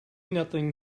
nothing